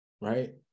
right